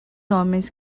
homens